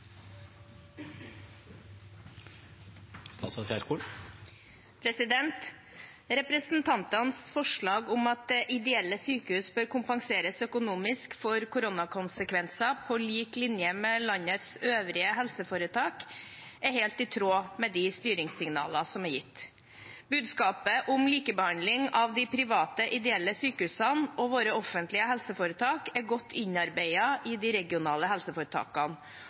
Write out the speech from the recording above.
helt i tråd med de styringssignalene som er gitt. Budskapet om likebehandling av de private ideelle sykehusene og våre offentlige helseforetak er godt innarbeidet i de regionale helseforetakene,